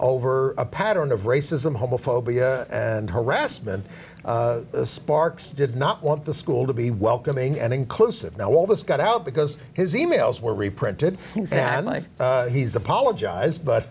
over a pattern of racism homophobia and harassment sparks did not want the school to be welcoming and inclusive now all this got out because his e mails were reprinted and i he's apologized but